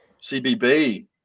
CBB